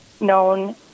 known